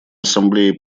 ассамблее